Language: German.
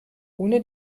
ohne